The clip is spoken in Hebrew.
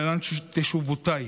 להלן תשובותיי: